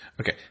Okay